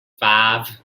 five